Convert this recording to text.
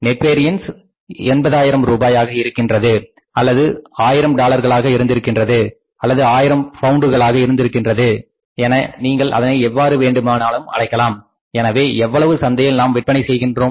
net variance 1000 ரூபாயாக இருந்திருக்கின்றது அல்லது 1000 டாலர்களாக இருந்திருக்கின்றது அல்லது ஆயிரம் பவுண்டுகளாக இருந்திருக்கின்றது என நீங்கள் அதனை எவ்வாறு வேண்டுமானாலும் அழைக்கலாம் எனவே எவ்வளவு சந்தையில் நாம் விற்பனை செய்கின்றோம்